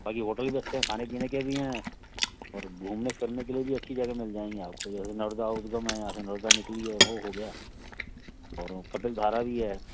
बाकी होटल भी अच्छे हैं खाने पीने के भी हैं और घूमने फिरने के लिए भी अच्छी जगह मिल जाएँगी आपको यह है जैसे नर्मदा उद्गम है यहाँ से नर्मदा निकली है वह हो गया और कपिल धारा भी है